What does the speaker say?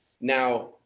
Now